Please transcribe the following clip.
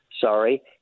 sorry